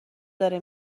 داره